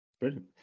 Brilliant